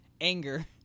anger